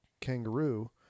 kangaroo